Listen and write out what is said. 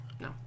No